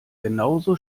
genauso